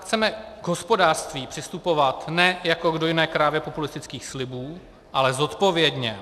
Chceme k hospodářství přistupovat ne jako k dojné krávě populistických slibů, ale zodpovědně.